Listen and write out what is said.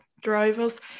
drivers